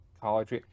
college